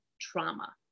trauma